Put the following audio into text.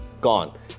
gone